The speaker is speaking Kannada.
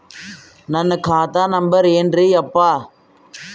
ನನ್ನ ಖಾತಾ ನಂಬರ್ ಏನ್ರೀ ಯಪ್ಪಾ?